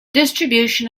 distribution